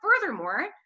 furthermore